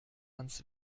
ans